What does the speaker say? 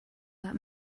that